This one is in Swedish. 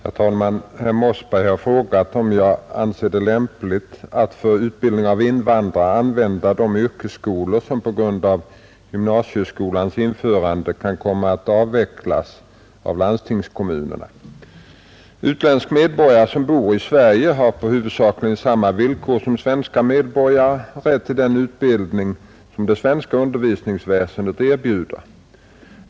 Herr talman! Herr Mossberg har frågat om jag anser det möjligt att, för utbildning av invandrare, använda de yrkesskolor som på grund av 14 gymnasieskolans införande kan komma att avvecklas av landstingskommunerna. Utländsk medborgare som bor i Sverige har på huvudsakligen samma villkor som svenska medborgare rätt till den utbildning som det svenska undervisningsväsendet erbjuder.